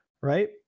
right